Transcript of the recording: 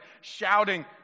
shouting